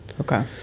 okay